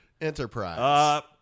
Enterprise